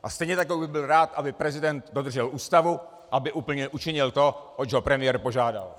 A stejně tak bych byl rád, aby prezident dodržel Ústavu, aby učinil to, oč ho premiér požádal.